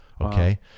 Okay